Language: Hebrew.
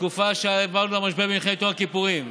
התקופה שבה עברנו את משבר מלחמת יום הכיפורים.